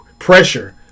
Pressure